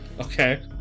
Okay